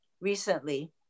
recently